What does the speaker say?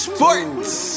Sports